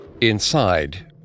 Inside